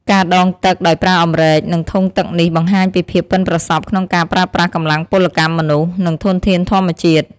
ការដងទឹកដោយប្រើអម្រែក និងធុងទឹកនេះបង្ហាញពីភាពប៉ិនប្រសប់ក្នុងការប្រើប្រាស់កម្លាំងពលកម្មមនុស្ស និងធនធានធម្មជាតិ។